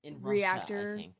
reactor